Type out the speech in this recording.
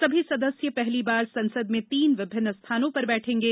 सभी सदस्य पहली बार संसद में तीन विभिन्न स्थानों पर बैठेंगे